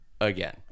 again